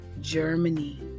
Germany